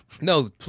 No